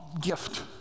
gift